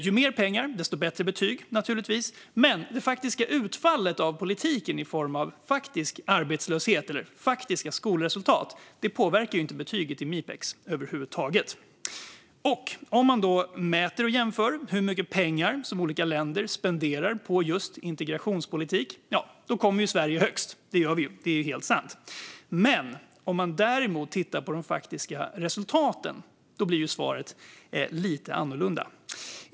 Ju mer pengar, desto bättre betyg, naturligtvis, men det faktiska utfallet av politiken i form av faktisk arbetslöshet eller faktiska skolresultat påverkar inte betyget i Mipex över huvud taget. Om man mäter och jämför hur mycket pengar som olika länder spenderar på integrationspolitik, ja, då kommer Sverige högst. Det gör vi ju. Det är helt sant. Men om man däremot tittar på de faktiska resultaten ser man att svaret blir lite annorlunda.